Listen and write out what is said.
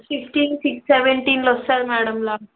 sixteen six సెవెన్టీన్లో వస్తుంది madam లా